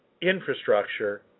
infrastructure